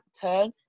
turn